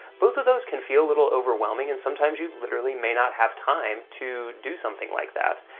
both of those can feel a little overwhelming, and sometimes you literally may not have time to do something like that.